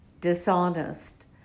dishonest